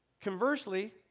conversely